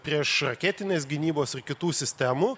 priešraketinės gynybos ar kitų sistemų